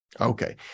Okay